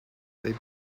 they